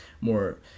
more